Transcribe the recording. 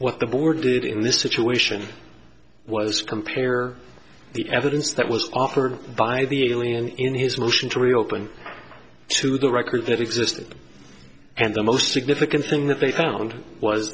what the board in this situation was compare the evidence that was offered by the alien in his motion to reopen to the record that existed and the most significant thing that they found was